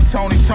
Tony